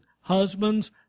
Husbands